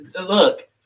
Look